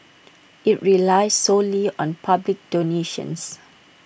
IT relies solely on public donations